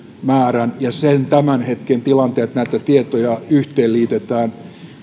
määrän ja sen tämän hetken tilanteen että näitä tietoja yhteen liitetään